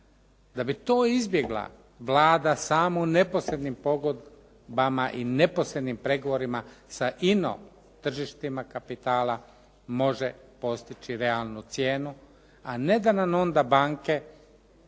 Da bi to izbjegla Vlada samu neposrednim pogodbama i neposrednim pregovorima sa ino tržištima kapitala može postići realnu cijenu, a ne da nam onda banke